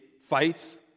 fights